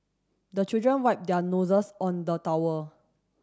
the children wipe their noses on the towel